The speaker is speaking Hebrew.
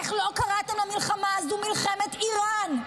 איך לא קראתם למלחמה הזאת "מלחמת איראן"?